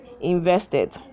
invested